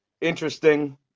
interesting